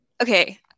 Okay